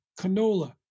canola